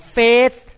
faith